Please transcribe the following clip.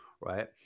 right